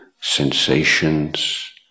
sensations